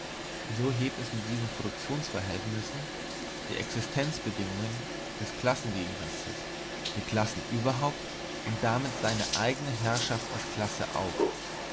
so hebt es mit diesen produktionsverhältnissen die existenzbedingungen des klassengegensatzes die klassen überhaupt und damit seine eigene herrschaft als klasse auf